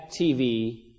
TV